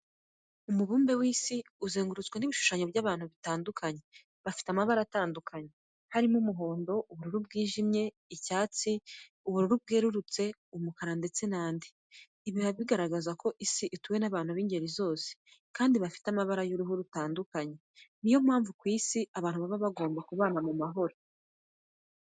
Umubambe w'isi uzengurutswe n'ibishushanyo by'abantu bitandukanye bafite amabara atandukanye harimo umuhondo, ubururu bwijimye, icyatsi, ubururu bwerurutse, umukara ndetse n'andi. Ibi biba bigaragaza ko isi ituwe n'abantu b'ingeri zose, kandi bafite amabara y'uruhu atandukanye, ni yo mpamvu ku isi abantu baba bagomba kubana amahoro.